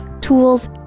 tools